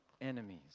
enemies